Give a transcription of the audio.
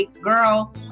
Girl